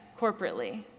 corporately